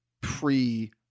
pre